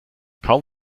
kaum